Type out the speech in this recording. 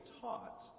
taught